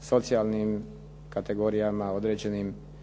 socijalnim kategorijama određenim